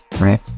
right